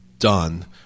done